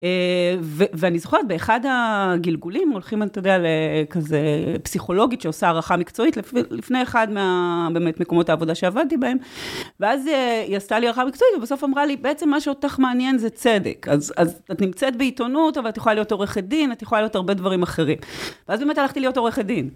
ואני זוכרת באחד הגלגולים הולכים, אתה יודע, לפסיכולוגית שעושה הערכה מקצועית לפני אחד באמת מהמקומות העבודה שעבדתי בהם, ואז היא עשתה לי הערכה מקצועית, ובסוף אמרה לי, בעצם מה שאותך מעניין זה צדק, אז את נמצאת בעיתונות, אבל את יכולה להיות עורכת דין, את יכולה להיות הרבה דברים אחרים. ואז באמת הלכתי להיות עורכת דין.